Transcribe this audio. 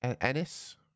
Ennis